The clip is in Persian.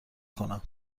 کنم